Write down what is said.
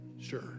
sure